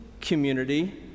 community